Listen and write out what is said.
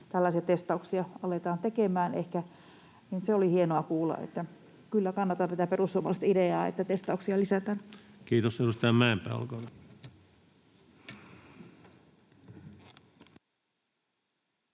tällaisia testauksia aletaan ehkä tekemään, se oli hienoa kuulla. Kyllä kannatan tätä perussuomalaisten ideaa, että testauksia lisätään. [Speech 230] Speaker: